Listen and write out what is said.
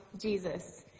Jesus